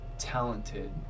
Talented